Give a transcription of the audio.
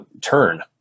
turn